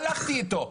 הלכתי איתו.